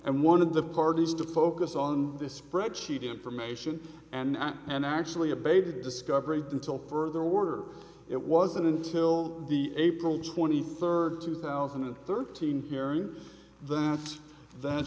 and one of the parties to focus on this spreadsheet information and an actually a baby discovery until further order it wasn't until the april twenty third two thousand and thirteen hearing then that